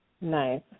Nice